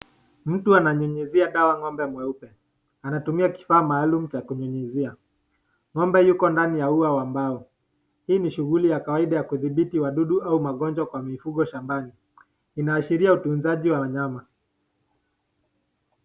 Mtu ananyunyizia dawa ng'ombe mweupe. Anatumia kifaa maalum cha kunyunyizia. Ng'ombe yuko ndani ya ua wa mbao. Hii ni shughuli ya kawaida ya kuthibiti wadudu au magonjwa kwa mifugo shambani. Inaashiria utunzaji wa wanyama.